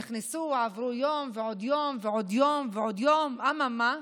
נכנסו, עבר יום ועוד יום ועוד יום ועוד יום, אממה?